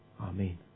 Amen